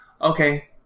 okay